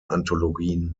anthologien